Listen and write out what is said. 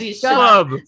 club